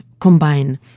combine